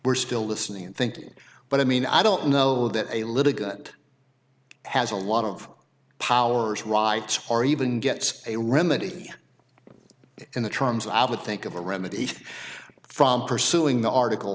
we're still listening and thinking but i mean i don't know that a litigant has a lot of powers rights are even gets a remedy in the trans i would think of a remedy from pursuing the article